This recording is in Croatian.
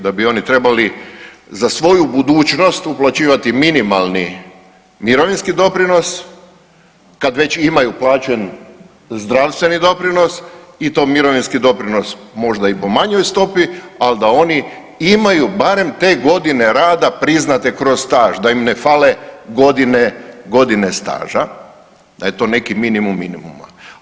Da bi oni trebali za svoju budućnost uplaćivati minimalni mirovinski doprinos kad već imaju plaće, zdravstveni doprinos i to mirovinski doprinos možda i po manjoj stopi, ali da oni imaju barem te godine rada priznate kroz staž da im ne fale godine, godine staža, da je to neki minimum minimuma.